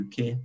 UK